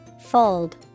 Fold